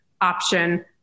option